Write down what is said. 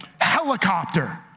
helicopter